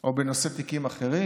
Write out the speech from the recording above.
או בנושא תיקים אחרים?